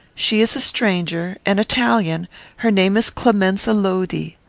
she is a stranger an italian her name is clemenza lodi.